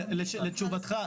לשאלתך,